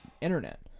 internet